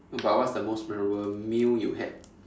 no but what's the most memorable meal you had